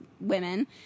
women